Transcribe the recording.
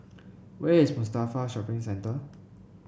where is Mustafa Shopping Centre